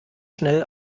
schnell